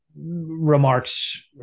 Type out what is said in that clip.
remarks